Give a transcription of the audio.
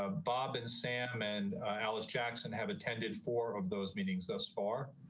ah bob and sam and alice jackson have attended four of those meetings, thus far.